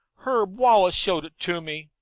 herb wallace showed it to me.